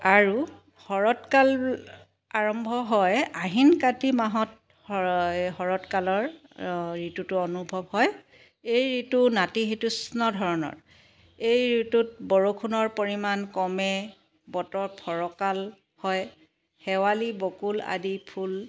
আৰু শৰৎ কাল আৰম্ভ হয় আহিন কাতি মাহত শৰৎ কালৰ ঋতুটো অনুভৱ হয় এই ঋতু নাতিশীতোষ্ণ ধৰণৰ এই ঋতুত বৰষুণৰ পৰিমাণ কমে বতৰ ফৰকাল হয় শেৱালী বকুল আদি ফুল